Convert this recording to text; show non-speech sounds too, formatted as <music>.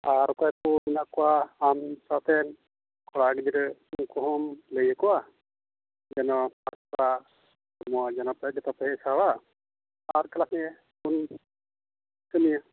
ᱟᱨ ᱚᱠᱚᱭ ᱠᱚ ᱢᱮᱱᱟᱜ ᱠᱚᱣᱟᱜ ᱟᱢ ᱥᱟᱶᱛᱮᱱ ᱠᱚᱲᱟ ᱜᱤᱫᱽᱨᱟᱹ ᱩᱱᱠᱩᱦᱚᱸᱢ ᱞᱟᱹᱭᱟᱠᱚᱣᱟ ᱡᱮᱱᱚ ᱜᱟᱯᱟ ᱡᱚᱛᱚᱯᱮ ᱦᱮᱡ ᱥᱟᱶᱚᱜᱼᱟ ᱟᱨ ᱠᱞᱟᱥᱜᱮ <unintelligible> ᱯᱩᱱᱭᱟᱹ